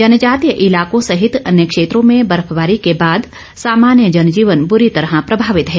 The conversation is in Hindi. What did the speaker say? जनजातीय इलाकों संहित अन्य क्षेत्रों में बर्फबारी के बाद सामान्य जनजीवन बुरी तरह प्रभावित है